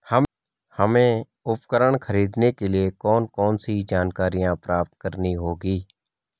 हमें उपकरण खरीदने के लिए कौन कौन सी जानकारियां प्राप्त करनी होगी?